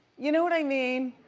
you know what i mean?